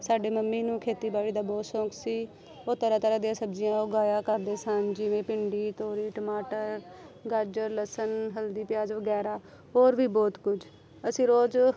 ਸਾਡੇ ਮੰਮੀ ਨੂੰ ਖੇਤੀਬਾੜੀ ਦਾ ਬਹੁਤ ਸ਼ੌਂਕ ਸੀ ਉਹ ਤਰ੍ਹਾਂ ਤਰ੍ਹਾਂ ਦੀਆਂ ਸਬਜ਼ੀਆਂ ਉਗਾਇਆ ਕਰਦੇ ਸਨ ਜਿਵੇਂ ਭਿੰਡੀ ਤੋਰੀ ਟਮਾਟਰ ਗਾਜਰ ਲਸਣ ਹਲਦੀ ਪਿਆਜ਼ ਵਗੈਰਾ ਹੋਰ ਵੀ ਬਹੁਤ ਕੁਝ ਅਸੀਂ ਰੋਜ਼